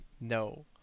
no